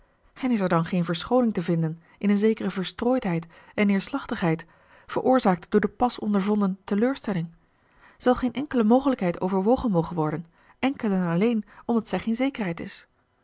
en is er dan geen verschooning te vinden in een zekere verstrooidheid en neerslachtigheid veroorzaakt door de pas ondervonden teleurstelling zal geen enkele mogelijkheid overwogen mogen worden enkel en alleen omdat zij geen zekerheid is